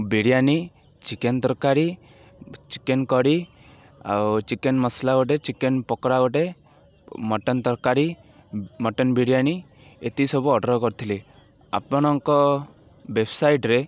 biryani chicken ତରକାରୀ chicken କରି ଆଉ ଚିକେନ୍ ମସଲା ଗୋଟେ ଚିକେନ୍ ପକୋଡ଼ା ଗୋଟେ ମଟନ୍ ତରକାରୀ ମଟନ୍ ବିରିୟାନୀ ଏତିକି ସବୁ ଅର୍ଡ଼ର୍ କରିଥିଲି ଆପଣଙ୍କ ୱେବ୍ସାଇଟ୍ରେ